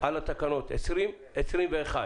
לשנים 2020 ו-2021.